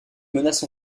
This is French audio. menace